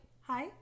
Hi